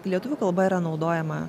lietuvių kalba yra naudojama